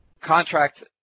Contract